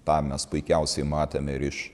tą mes puikiausiai matėme ir iš